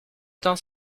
temps